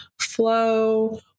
flow